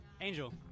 Angel